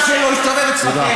היום ראש הלשכה שלו הסתובב אצלכם,